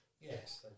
Yes